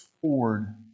forward